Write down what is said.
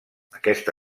aquesta